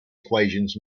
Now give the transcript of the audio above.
equations